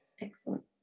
excellent